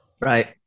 Right